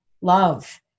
love